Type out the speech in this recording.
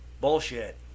Bullshit